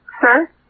Sir